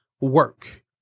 work